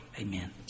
Amen